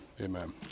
amen